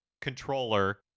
controller